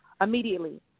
immediately